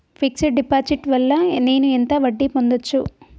Fix డ్ deposit చేయటం వల్ల నేను ఎంత వడ్డీ పొందచ్చు?